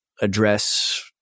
address